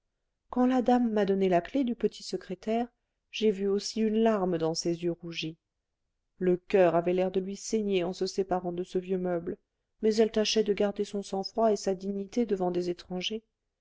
quand la dame m'a donné la clef du petit secrétaire j'ai vu aussi une larme dans ses yeux rougis le coeur avait l'air de lui saigner en se séparant de ce vieux meuble mais elle tâchait de garder son sang-froid et sa dignité devant des étrangers